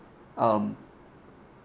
um